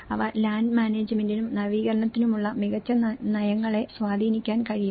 അവ ലാൻഡ് മാനേജ്മെന്റിനും നവീകരണത്തിനുമുള്ള മികച്ച നയങ്ങളെ സ്വാധീനിക്കാൻ കഴിയും